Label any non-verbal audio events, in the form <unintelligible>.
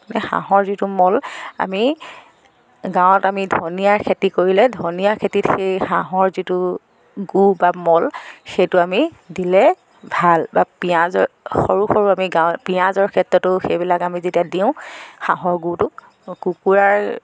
হাঁহৰ যিটো মল আমি গাঁৱত আমি ধনিয়াৰ খেতি কৰিলে ধনিয়া খেতিত সেই হাঁহৰ যিটো গু বা মল সেইটো আমি দিলে ভাল বা পিয়াঁজৰ সৰু সৰু আমি <unintelligible> পিয়াঁজৰ ক্ষেত্ৰতো আমি সেইবিলাক যেতিয়া দিওঁ হাঁহৰ গুটো কুকুৰাৰ